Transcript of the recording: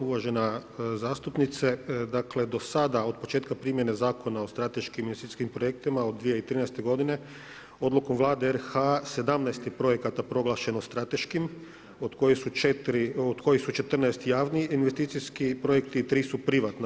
Uvažena zastupnice, dakle do sada, od početka primjene Zakona o strateškim investicijskim projektima od 2013. godine, odlukom Vlade RH, 17 projekata je proglašeno strateškim od kojih su 14 javni investicijski projekti, 3 su privatna.